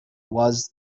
was